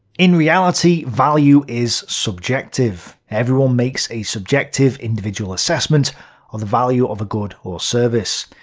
in reality, value is subjective everyone makes a subjective, individual, assessment of the value of a good or service.